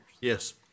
Yes